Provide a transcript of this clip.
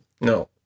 No